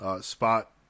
spot